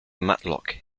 matlock